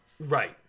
Right